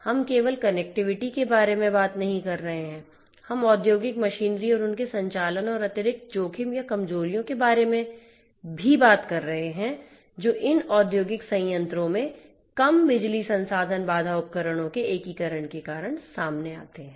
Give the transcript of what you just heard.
हम केवल कनेक्टिविटी के बारे में बात नहीं कर रहे हैं हम औद्योगिक मशीनरी और उनके संचालन और अतिरिक्त जोखिम या कमजोरियों के बारे में भी बात कर रहे हैं जो इन औद्योगिक संयंत्रों में कम बिजली संसाधन बाधा उपकरणों के एकीकरण के कारण सामने आते हैं